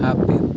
ᱦᱟᱹᱯᱤᱫ